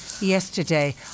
yesterday